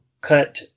cut